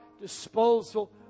disposal